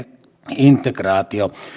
integraatio